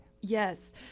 Yes